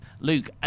Luke